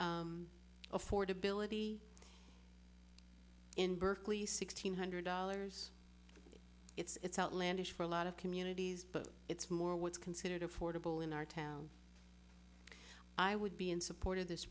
affordability in berkeley six hundred dollars it's outlandish for a lot of communities but it's more what's considered affordable in our town i would be in support of this